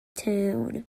town